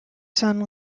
son